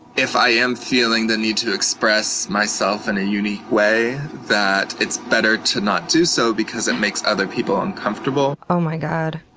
if i am feeling the need to express myself and in a unique way, that it's better to not do so because it makes other people uncomfortable. oh my god.